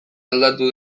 aldatu